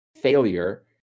failure